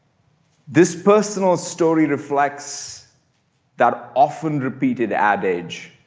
this personal story reflects that often repeated adage.